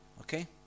Okay